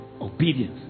obedience